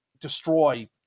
destroy